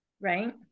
right